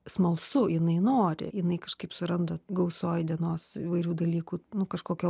smalsu jinai nori jinai kažkaip suranda gausoj dienos įvairių dalykų nu kažkokio